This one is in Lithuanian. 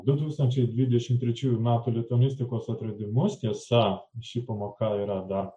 du tūkstančiai dvidešimt trečiųjų metų lituanistikos atradimus tiesa ši pamoka yra dar